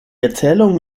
erzählung